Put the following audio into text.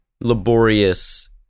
laborious